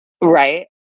Right